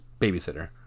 babysitter